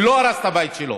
כי הוא לא הרס את הבית שלו.